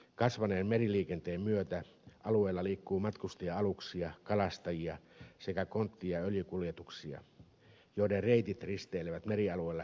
kasvaneen meriliikenteen myötä alueella liikkuu matkustaja aluksia kalastajia sekä kontti ja öljykuljetuksia joiden reitit risteilevät merialueella kiihtyvään tahtiin